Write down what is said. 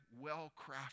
well-crafted